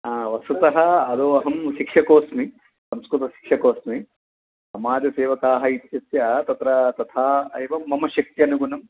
हा वस्तुतः आदौ अहं शिक्षकोऽस्मि संस्कृतशिक्षकोऽस्मि समाजसेवकाः इत्यस्य तत्र तथा एवं मम शक्त्यनुगुणं